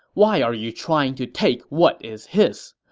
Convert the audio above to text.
why are you trying to take what is his?